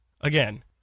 Again